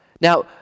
Now